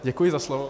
Děkuji za slovo.